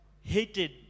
hated